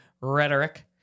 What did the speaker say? rhetoric